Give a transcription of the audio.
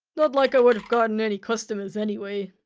not like i would've gotten any customers anyway